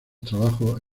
trabajos